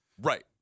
Right